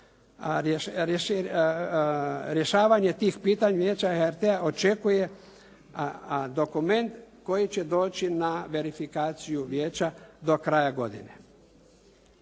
rješavanje tih pitanja vijeće HRT-a očekuje dokument koji će doći na verifikaciju vijeća do kraja godine.